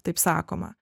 taip sakoma